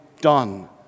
done